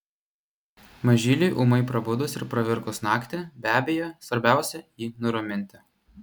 mažyliui ūmai prabudus ir pravirkus naktį be abejo svarbiausia jį nuraminti